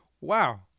wow